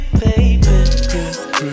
baby